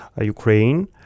Ukraine